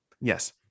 Yes